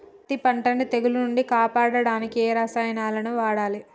పత్తి పంటని తెగుల నుంచి కాపాడడానికి ఏ రసాయనాలను వాడాలి?